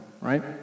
right